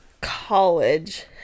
college